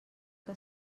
que